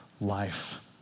life